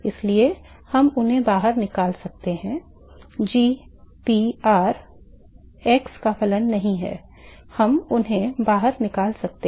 इसलिए हम उन्हें बाहर निकाल सकते हैं g p r x का फलन नहीं है हम उन्हें बाहर निकाल सकते हैं kf x का फलन नहीं है जिसे निकाला जा सकता है